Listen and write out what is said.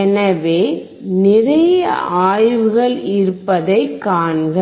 எனவே நிறைய ஆய்வுகள் இருப்பதைக் காண்க